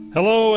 Hello